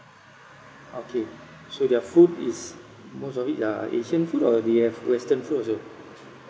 okay so their food is most of it are asian food or they have western food also